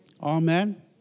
Amen